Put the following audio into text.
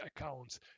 accounts